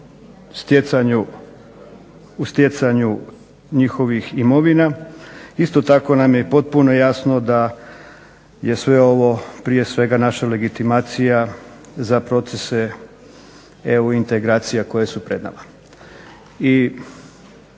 u stjecanju njihovih imovina. Isto tako nam je i potpuno jasno da je sve ovo prije svega naša legitimacija za procese EU integracija koje su pred nama